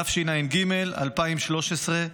התשע"ג 2013,